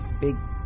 big